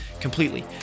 completely